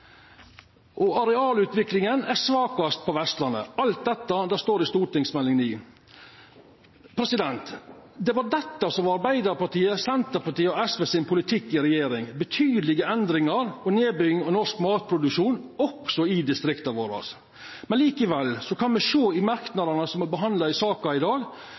vidare: «Arealutviklingen er svakest på Vestlandet.» Alt dette står i Meld. St. 9. Det var dette som var politikken til Arbeidarpartiet, Senterpartiet og SV i regjering – betydelege endringar og nedbygging av norsk matproduksjon også i distrikta våre. Likevel kan me sjå i merknadene til den saka me behandlar i dag: